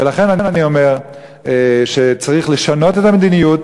ולכן אני אומר שצריך לשנות את המדיניות,